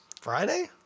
Friday